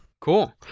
cool